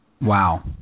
Wow